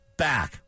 back